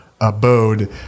abode